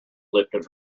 lifted